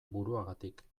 buruagatik